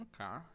Okay